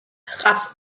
ჰყავს